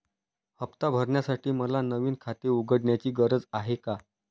हफ्ता भरण्यासाठी मला नवीन खाते उघडण्याची गरज आहे का?